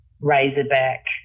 Razorback